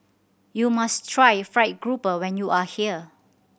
you must try fried grouper when you are here